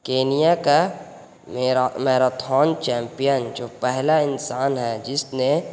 Kenya کا ما marathon champion جو پہلا انسان ہے جس نے